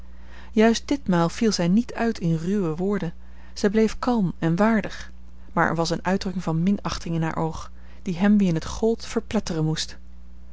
juist ditmaal viel zij niet uit in ruwe woorden zij bleef kalm en waardig maar er was eene uitdrukking van minachting in haar oog die hem wien het gold verpletteren moest